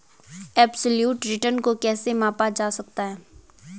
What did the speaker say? Absolute return को कैसे मापा जा सकता है?